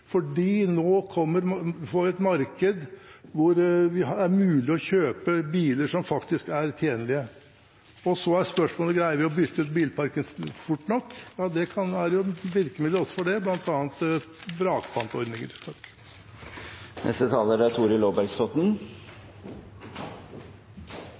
vi nå får et marked hvor det er mulig å kjøpe biler som faktisk er tjenlige. Så er spørsmålet: Greier vi å bytte ut bilparken fort nok? Ja, det kan være virkemidler også for det, bl.a. vrakpantordninger. God infrastruktur er